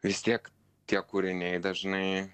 vis tiek tie kūriniai dažnai